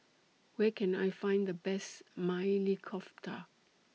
Where Can I Find The Best Maili Kofta